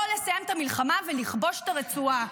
לא לסיים את המלחמה, ולכבוש את הרצועה.